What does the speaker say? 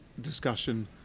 discussion